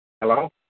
Hello